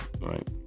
right